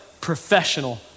professional